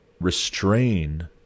restrain